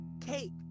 cake